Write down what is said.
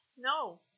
No